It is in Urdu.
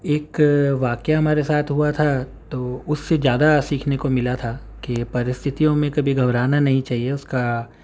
ایک واقعہ ہمارے ساتھ ہوا تھا تو اس سے زیادہ سیکھنے کو ملا تھا کہ پرستتھیوں میں کبھی گھبرانا نہیں چاہیے اس کا